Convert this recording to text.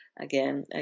again